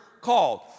called